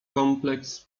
kompleks